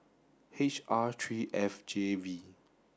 H R three F J V